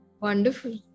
Wonderful